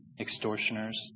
extortioners